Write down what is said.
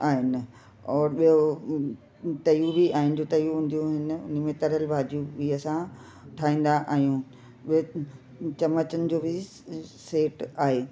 आहिनि और ॿियों तयूं बि आहिनि जो तयूं हूंदियूं आहिनि उन में तरियल भाॼियूं बि असां ठाहींदा आहियूं ॿियों चमचनि जो बि सेट आहे